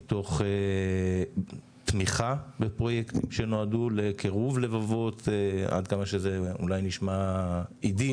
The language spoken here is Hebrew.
מתוך תמיכה בפרויקטים שנועדו לקירוב לבבות עד כמה שזה אולי נשמע אידילי.